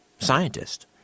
scientist